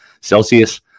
Celsius